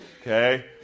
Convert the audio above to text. okay